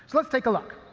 let's take a look.